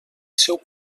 seu